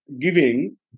giving